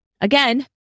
again